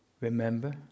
remember